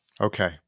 Okay